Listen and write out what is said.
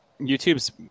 YouTube's